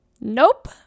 Nope